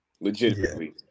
Legitimately